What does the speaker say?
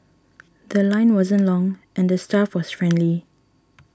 The Line wasn't long and the staff was friendly